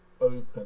open